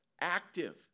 active